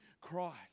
Christ